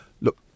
look